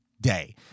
day